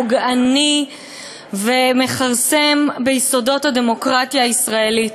פוגעני ומכרסם ביסודות הדמוקרטיה הישראלית.